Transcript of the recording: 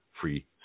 free